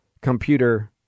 computer